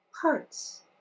parts